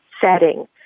setting